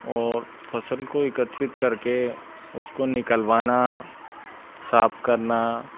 और फ़सल को एकत्रित करके उसको निकलवाना साफ करना